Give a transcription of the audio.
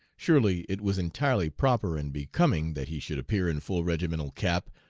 surely it was entirely proper and becoming that he should appear in full regimental cap,